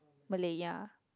Malay yeah